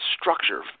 structure